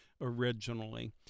originally